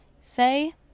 Say